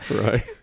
Right